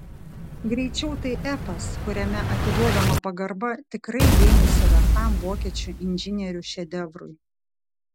greičiau tai epas kuriame atiduodama pagarba tikrai dėmesio vertam vokiečių inžinierių šedevrui